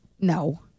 No